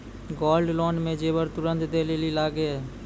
Gold loan मे जेबर तुरंत दै लेली लागेया?